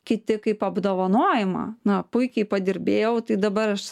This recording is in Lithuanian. kiti kaip apdovanojimą na puikiai padirbėjau tai dabar aš